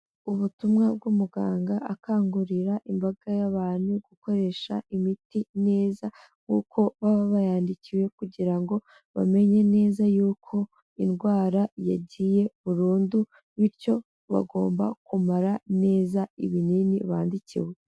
Ubutumwa bw'umuganga akangurira imbaga y'abantu gukoresha imiti neza nk'uko baba bayandikiwe kugira ngo bamenye neza yuko indwara yagiye burundu, bityo bagomba kumara neza ibinini bandikiwe.